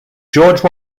george